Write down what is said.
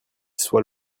soit